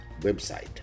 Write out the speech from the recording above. website